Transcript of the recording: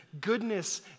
goodness